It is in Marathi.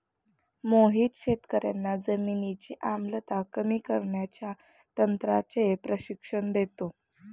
मोहित शेतकर्यांना जमिनीची आम्लता कमी करण्याच्या तंत्राचे प्रशिक्षण देतो